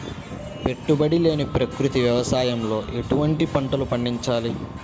పెట్టుబడి లేని ప్రకృతి వ్యవసాయంలో ఎటువంటి పంటలు పండించాలి?